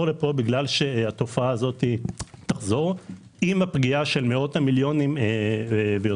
לפה כי התופעה הזו תחזור עם הפגיעה של מאות-המיליונים ויותר.